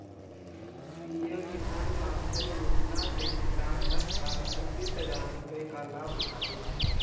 PM Kisan Maandhan Yojana से किसान हर साल छतीस हजार रुपये का लाभ उठाते है